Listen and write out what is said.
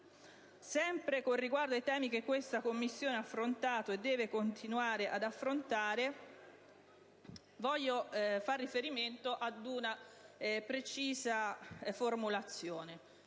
Sempre con riguardo ai temi che questa Commissione ha affrontato e deve continuare ad affrontare, voglio far riferimento ad una precisa formulazione